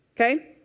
Okay